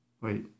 Wait